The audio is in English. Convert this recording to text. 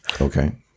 Okay